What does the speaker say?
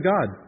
God